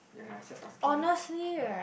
ya I just asking